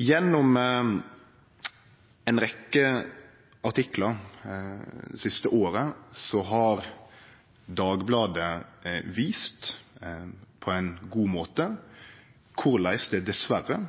Gjennom ei rekkje artiklar det siste året har Dagbladet vist på ein god måte korleis det dessverre